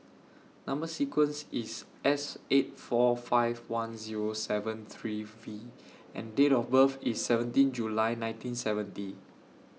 Number sequence IS S eight four five one Zero seven three V and Date of birth IS seventeen July nineteen seventy